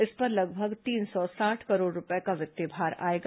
इस पर लगभग तीन सौ साठ करोड़ रूपये का वित्तीय भार आएगा